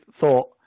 thought